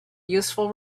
useful